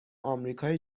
آمریکای